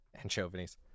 anchovies